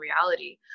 reality